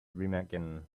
remagen